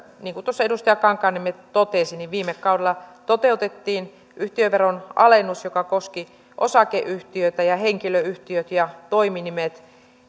niin kuin tuossa edustaja kankaanniemi totesi viime kaudella toteutettiin yhtiöveron alennus joka koski osakeyhtiöitä ja henkilöyhtiöt ja toiminimet